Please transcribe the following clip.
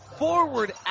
forward